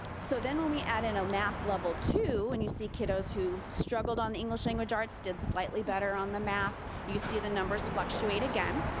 so then when we add in a math level two when you see kiddos who struggled on english language arts did slightly better on the math, you see the numbers fluctuate again.